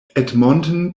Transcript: edmonton